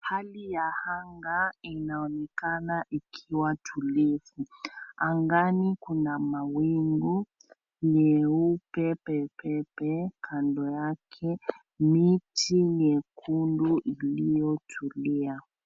Hali ya anga inaonekana ikiwa tulivu, angani kuna mawingu nyeupe pe pe pe, kando yake miti nyekundu iliyotulia.